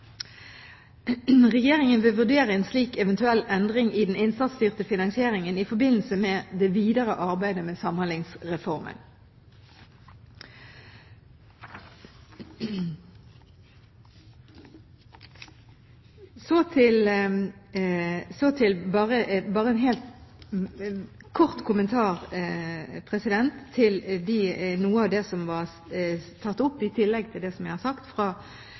Regjeringen vil vurdere en slik eventuell endring i den innsatsstyrte finansieringen i forbindelse med det videre arbeidet med Samhandlingsreformen. Så bare en kort kommentar til noe av det som ble tatt opp av interpellanten, i tillegg til det jeg har sagt.